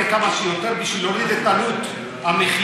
כמה שיותר בשביל להוריד את עלות המחיה.